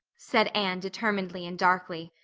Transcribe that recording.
said anne determinedly and darkly.